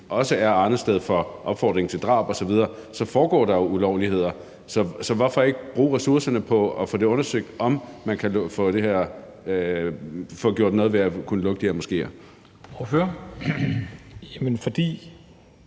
også er arnested for opfordring til drab osv., så foregå der jo ulovligheder. Så hvorfor ikke bruge ressourcerne på at få undersøgt, om man kan lukke de her moskéer? Kl. 14:37 Formanden